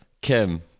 Kim